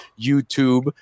youtube